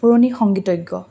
পুৰণি সংগীতজ্ঞ